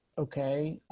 okay,